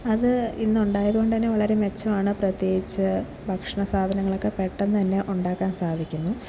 അത് ഇന്ന് ഉണ്ടായതുകൊണ്ടുതന്നെ വളരെ മെച്ചമാണ് പ്രത്യേകിച്ച് ഭക്ഷണ സാധനങ്ങളൊക്കെ പെട്ടെന്ന് തന്നെ ഉണ്ടാക്കാൻ സാധിക്കുന്നു